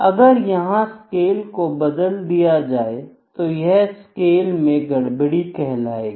अगर यहां स्केल को बदल दिया जाए तो यह स्केल में गड़बड़ी कह लाएगी